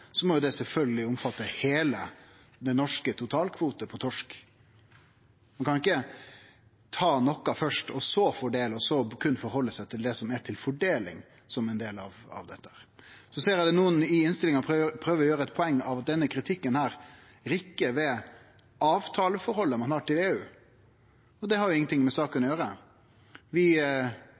så berre halde seg til det som er igjen til fordeling som ein del av dette. Eg ser at nokre i innstillinga prøver å gjere eit poeng av at denne kritikken rokkar ved avtaleforholdet ein har til EU. Det har ingenting med saka å gjere. Vi